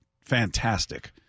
fantastic